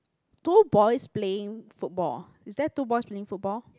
two boys playing football is there two boys playing football